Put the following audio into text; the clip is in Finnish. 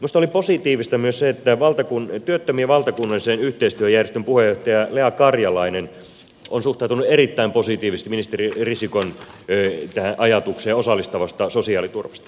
minusta oli positiivista myös se että työttömien valtakunnallisen yhteistyöjärjestön puheenjohtaja lea karjalainen on suhtautunut erittäin positiivisesti ministeri risikon ajatukseen osallistavasta sosiaaliturvasta